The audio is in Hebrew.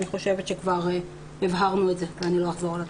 אני חושבת שזה הכרחי ואני לא אחזור על הדברים.